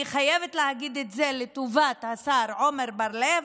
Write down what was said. ואני חייבת להגיד את זה לטובת השר עמר בר לב,